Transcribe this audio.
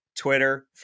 Twitter